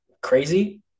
crazy